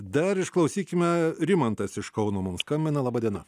dar išklausykime rimantas iš kauno mums skambina laba diena